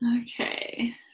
Okay